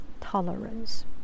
Tolerance